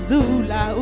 Zula